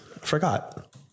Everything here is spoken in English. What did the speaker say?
Forgot